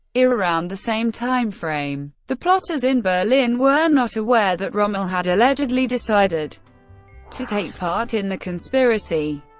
around the same timeframe, the plotters in berlin were not aware that rommel had allegedly decided to take part in the conspiracy.